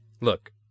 look